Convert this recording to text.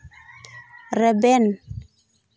ᱨᱮᱵᱮᱱ